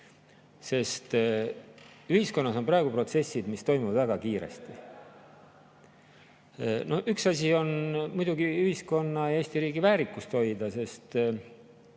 Ühiskonnas on praegu protsessid, mis toimuvad väga kiiresti. Üks asi on muidugi ühiskonna ja Eesti riigi väärikust hoida